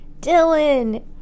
Dylan